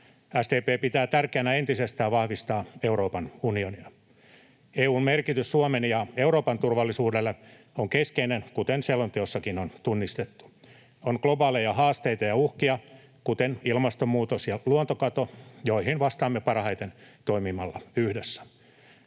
SDP pitää tärkeänä entisestään vahvistaa Euroopan unionia. EU:n merkitys Suomen ja Euroopan turvallisuudelle on keskeinen, kuten selonteossakin on tunnistettu. On globaaleja haasteita ja uhkia, kuten ilmastonmuutos ja luontokato, joihin vastaamme parhaiten toimimalla yhdessä.